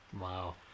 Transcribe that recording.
Wow